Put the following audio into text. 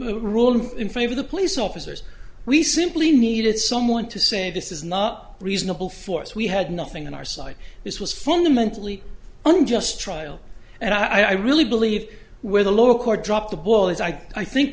move rule in favor the police officers we simply needed someone to say this is not reasonable force we had nothing on our side this was fundamentally unjust trial and i really believe where the lower court dropped the ball is i think